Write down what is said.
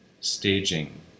staging